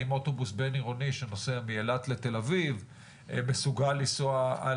האם אוטובוס בין-עירוני שנוסע מאילת לתל אביב מסוגל לנסוע,